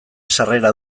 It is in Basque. sarrera